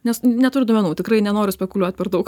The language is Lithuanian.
nes neturiu duomenų tikrai nenoriu spekuliuot per daug